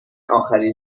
آخرین